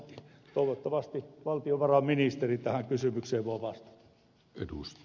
toivottavasti valtiovarainministeri tähän kysymykseen voi vastata